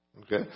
Okay